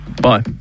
Bye